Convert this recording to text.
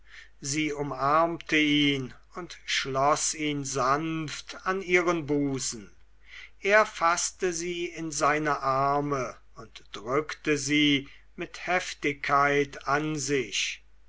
sie umarmte ihn und schloß ihn sanft an ihren busen er faßte sie in seine arme und drückte sie mit heftigkeit an sich